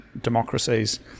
democracies